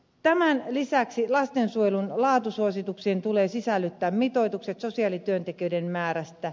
tämän lisäksi lastensuojelun laatusuosituksiin tulee sisällyttää mitoitukset sosiaalityöntekijöiden määrästä